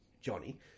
Johnny